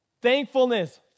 thankfulness